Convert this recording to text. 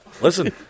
listen